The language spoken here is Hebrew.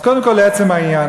אז קודם כול לעצם העניין.